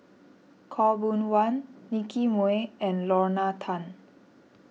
Khaw Boon Wan Nicky Moey and Lorna Tan